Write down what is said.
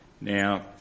Now